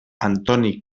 antoni